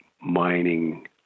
mining